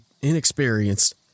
inexperienced